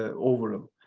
overall,